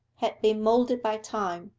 had been moulded by time,